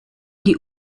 die